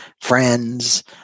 friends